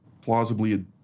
plausibly